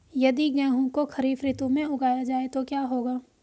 यदि गेहूँ को खरीफ ऋतु में उगाया जाए तो क्या होगा?